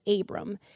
Abram